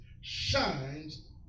shines